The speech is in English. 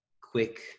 quick